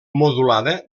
modulada